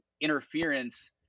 interference